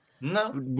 No